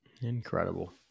Incredible